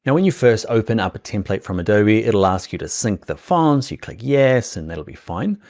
and when you first open up a template from adobe, it'll ask you to sync the fonts, you click yes, and it'll be fine.